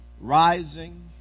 rising